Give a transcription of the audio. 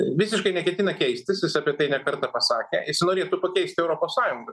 visiškai neketina keistis jis apie tai ne kartą pasakė jis norėtų pakeisti europos sąjungą